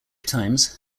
times